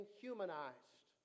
humanized